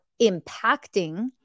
impacting